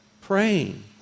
praying